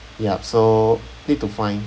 yup so need to find